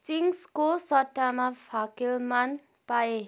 चिङ्सको सट्टामा फ्याकेलमन पाएँ